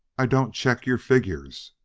i don't check your figures.